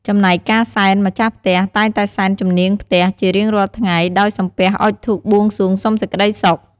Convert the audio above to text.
ចំណែកការសែន ម្ចាស់ផ្ទះតែងតែសែនជំនាងផ្ទះជារៀងរាល់ថ្ងៃដោយសំពះអុជធូបបួងសួងសុំសេចក្ដីសុខ។